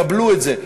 קבלו את זה.